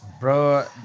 Bro